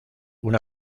una